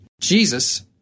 Jesus